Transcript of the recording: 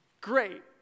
great